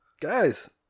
guys